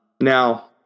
Now